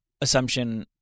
assumption